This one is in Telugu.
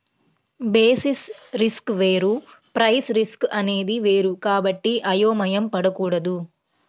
బేసిస్ రిస్క్ వేరు ప్రైస్ రిస్క్ అనేది వేరు కాబట్టి అయోమయం పడకూడదు